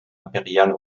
impériale